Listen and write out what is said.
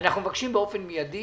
אנחנו מבקשים באופן מידי